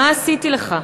מה עשיתי לך?